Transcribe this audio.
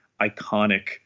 iconic